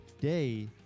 Day